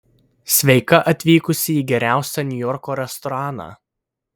sveika atvykusi į geriausią niujorko restoraną